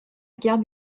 guerre